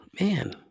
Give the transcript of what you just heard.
man